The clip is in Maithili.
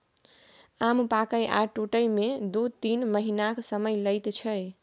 आम पाकय आ टुटय मे दु तीन महीनाक समय लैत छै